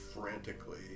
frantically